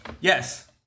Yes